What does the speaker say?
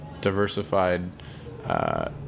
diversified